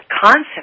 concept